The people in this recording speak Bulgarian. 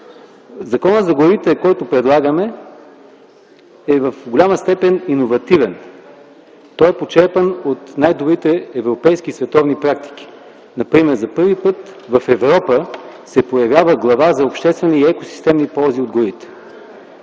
Законът за горите, който предлагаме, е в голяма степен иновативен. Той е почерпeн от най-добрите европейски и световни практики. Например за първи път в Европа се появява глава за обществени екосистеми и ползи от горите.